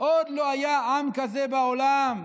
"עוד לא היה עם כזה בעולם: